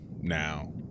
now